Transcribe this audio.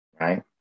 right